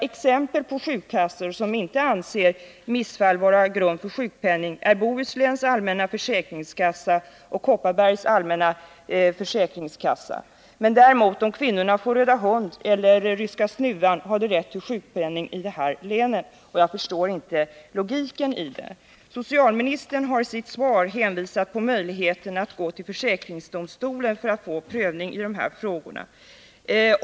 Exempel på några försäkringskassor som inte anser att risk för missfall vara grund för sjukpenning är Bohusläns allmänna försäkringskassa och Kopparbergs läns allmänna försäkringskassa. Om kvinnorna däremot får röda hund eller ryska snuvan har de rätt till sjukpenning i de här länen. Jag förstår inte logiken i detta. Socialministern har i sitt svar hänvisat till möjligheten att gå till försäkringsöverdomstolen för att få en prövning av frågan.